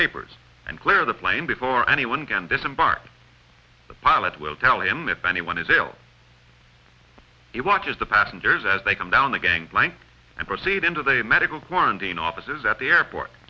papers and clear the plane before anyone can disembark the pilot will tell him if anyone is ill it watches the passengers as they come down the gangplank and proceed into the medical quarantine offices at the airport